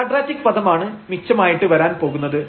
quadratic പദമാണ് മിച്ചം ആയിട്ട് വരാൻ പോകുന്നത്